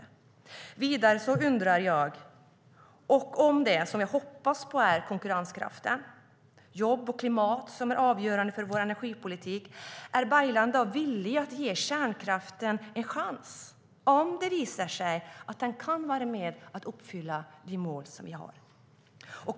Vidare undrar jag - om det, som jag hoppas, är konkurrenskraften, jobben och klimatet som är avgörande för vår energipolitik - om Baylan är villig att ge kärnkraften en chans om det visar sig att den kan vara med och uppfylla de mål som vi har.